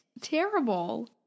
Terrible